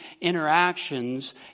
interactions